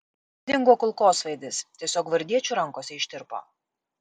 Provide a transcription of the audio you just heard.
dingo kulkosvaidis tiesiog gvardiečių rankose ištirpo